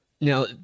Now